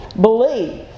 Believe